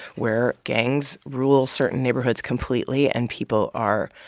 where gangs rule certain neighborhoods completely, and people are,